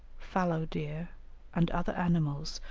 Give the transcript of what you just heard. fallow-deer, and other animals,